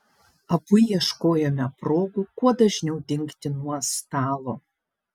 abu ieškojome progų kuo dažniau dingti nuo stalo